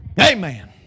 Amen